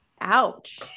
Ouch